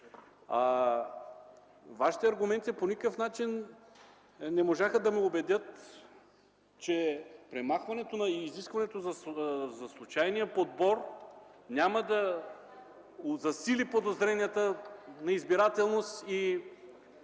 Вашите аргументи по никакъв начин ни можаха да ме убедят, че премахването на изискването за случайния подбор няма да засили подозренията на избирателност и